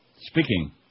Speaking